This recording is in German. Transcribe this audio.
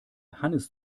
hannes